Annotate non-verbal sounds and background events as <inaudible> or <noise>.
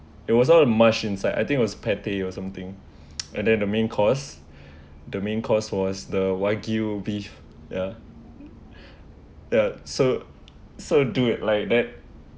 it wasn't a mashed inside I think was patties or something <noise> and then the main course <breath> the main course was the wagyu beef ya <breath> ya so so do it like that